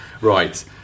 Right